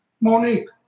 Monique